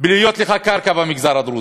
יש לך קרקע במגזר הדרוזי.